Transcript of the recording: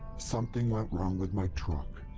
something went wrong with my truck,